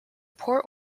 port